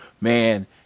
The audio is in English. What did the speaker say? man